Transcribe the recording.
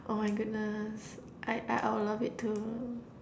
oh my goodness I I I will love it too